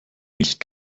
nicht